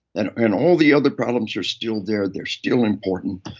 and and all the other problems are still there. they're still important.